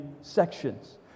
sections